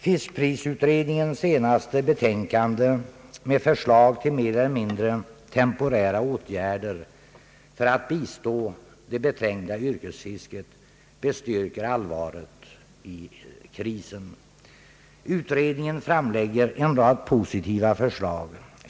Fiskprisutredningens senaste betänkande med förslag till mer eller mindre temporära åtgärder för att bistå det beträngda yrkesfisket bestyrker allvaret i krisen. Utredningen framlägger en rad positiva förslag.